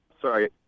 sorry